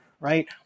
right